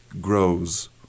grows